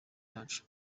cyacu